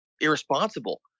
irresponsible